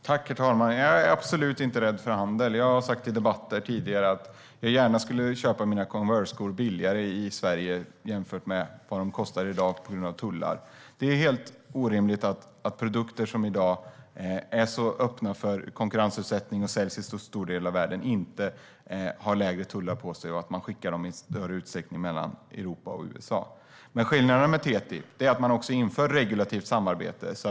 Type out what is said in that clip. Herr talman! Jag är absolut inte rädd för handel. Jag har sagt i tidigare debatter att jag gärna skulle köpa mina Converseskor billigare i Sverige jämfört med vad de kostar i dag på grund av tullar. Det är helt orimligt att produkter som i dag är konkurrensutsatta och säljs i så stora delar av världen inte har lägre tullar när man i så stor utsträckning skickar dem mellan Europa och USA. Men skillnaden med TTIP är att man också inför ett regulativt samarbete.